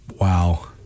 Wow